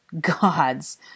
Gods